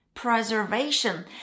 preservation